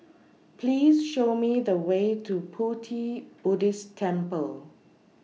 Please Show Me The Way to Pu Ti Buddhist Temple